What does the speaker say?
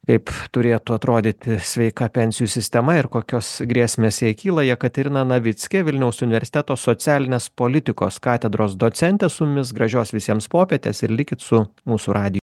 kaip turėtų atrodyti sveika pensijų sistema ir kokios grėsmės jai kyla jekaterina navickė vilniaus universiteto socialinės politikos katedros docentė su mumis gražios visiems popietės ir likit su mūsų radi